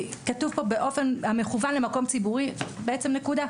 כתוב כאן באופן המכוון למקום ציבורי, בעצם נקודה.